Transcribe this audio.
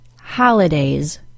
HOLIDAYS